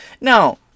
Now